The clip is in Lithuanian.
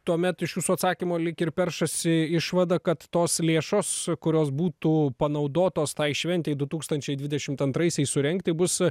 tuomet iš jūsų atsakymo lyg ir peršasi išvada kad tos lėšos kurios būtų panaudotos tai šventei du tūkstančiai dvidešimt antraisiais surengti bus